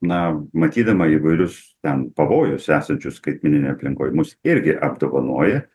na matydama įvairius ten pavojus esančius skaitmeninėj aplinkoj mus irgi apdovanoja